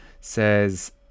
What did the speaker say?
says